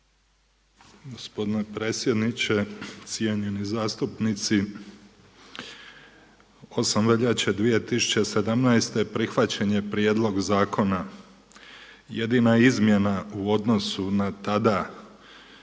Gospodine predsjedniče, cijenjeni zastupnici. 8. veljače 2017. prihvaćen je prijedlog zakona. Jedina izmjena u odnosu na tada